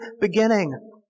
beginning